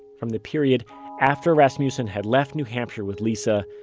from the period after rasmussen had left new hampshire with lisa,